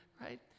right